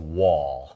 wall